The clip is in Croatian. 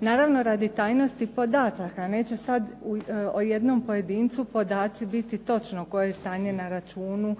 Naravno, radi tajnosti podataka neće sad o jednom pojedincu podaci biti točno koje je stanje na računu,